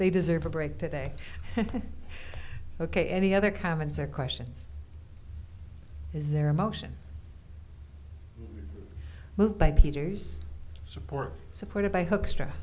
they deserve a break today ok any other comments or questions is there a motion moved by peter's support supported by hoekstr